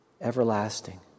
everlasting